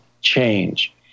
Change